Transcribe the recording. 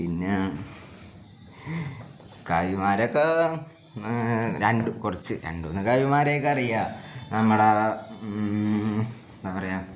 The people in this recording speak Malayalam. പിന്നെ കവിമാരൊക്കെ രണ്ട് കുറച്ച് രണ്ട് മൂന്ന് കവിമാരെ ഒക്കെ അറിയാം നമ്മുടെ എന്താ പറയുക